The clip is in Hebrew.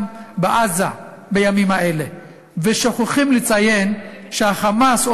בעזה בימים האלה ושוכחים לציין שה"חמאס",